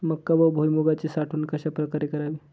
मका व भुईमूगाची साठवण कशाप्रकारे करावी?